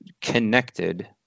connected